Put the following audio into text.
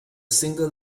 simple